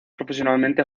profesionalmente